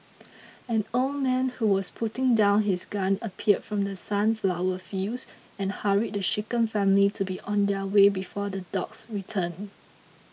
an old man who was putting down his gun appeared from the sunflower fields and hurried the shaken family to be on their way before the dogs return